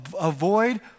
Avoid